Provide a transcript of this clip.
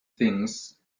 things